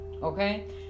okay